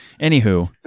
anywho